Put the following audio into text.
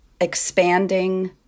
expanding